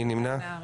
מי נמנע?